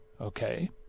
Okay